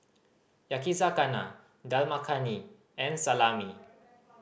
Yakizakana Dal Makhani and Salami